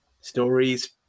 stories